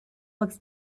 looks